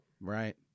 right